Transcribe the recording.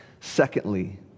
Secondly